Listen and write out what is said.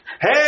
Hey